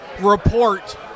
report